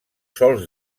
sòls